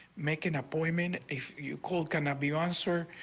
make an appointment if you call cannot be on sir.